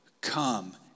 come